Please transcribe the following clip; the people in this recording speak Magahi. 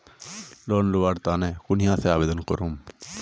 लोन लुबार केते कुनियाँ से आवेदन करूम?